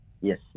Yes